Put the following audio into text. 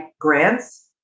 grants